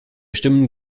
stimmen